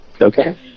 okay